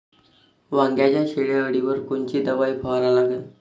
वांग्याच्या शेंडी अळीवर कोनची दवाई फवारा लागन?